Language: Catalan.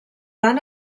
van